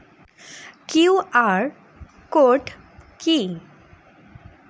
QR code কি?